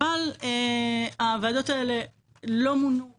אבל הוועדות הללו לא מונו